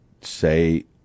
say